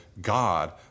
God